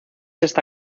esta